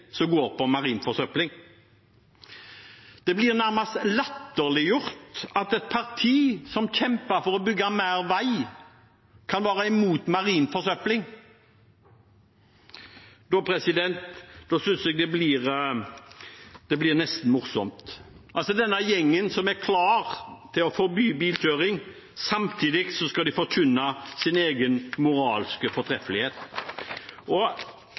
som handler om marin forsøpling. Det blir nærmest latterliggjort at et parti som kjemper for å bygge mer vei, kan være imot marin forsøpling. Da synes jeg nesten det blir morsomt. Denne gjengen, som er klar til å forby bilkjøring, skal altså samtidig forkynne sin egen moralske fortreffelighet. Og